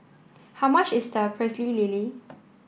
how much is the pecel lele